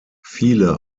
viele